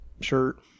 shirt